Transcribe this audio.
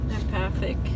empathic